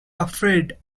afraid